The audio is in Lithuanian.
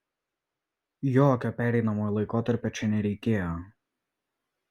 jokio pereinamojo laikotarpio čia nereikėjo